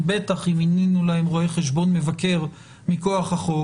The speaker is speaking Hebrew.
- בטח אם מינינו להם רואה חשבון מבקר מכוח החוק,